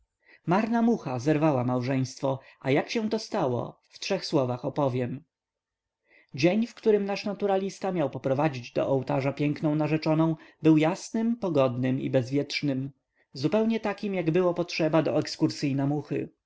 marna mucha zerwała małżeństwo a jak to się stało w trzech słowach opowiem dzień w którym nasz naturalista miał poprowadzić do ołtarza piękną narzeczoną był jasnym pogodnym i bezwietrznym zupełnie takim jak było potrzeba do ekskursyi na muchy